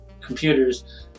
computers